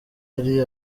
ari